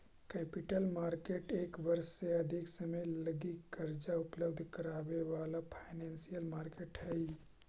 capital market एक वर्ष से अधिक समय लगी कर्जा उपलब्ध करावे वाला फाइनेंशियल मार्केट हई